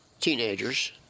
teenagers